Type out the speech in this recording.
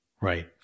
Right